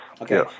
Okay